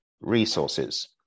resources